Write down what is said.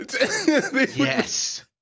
Yes